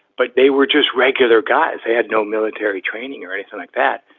but they were just regular guys. they had no military training or anything like that.